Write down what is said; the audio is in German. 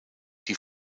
die